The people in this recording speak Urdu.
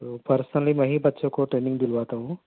تو پرسنلی میں ہی بچوں کو ٹرینگ دلواتا ہوں